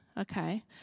okay